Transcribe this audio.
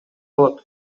болот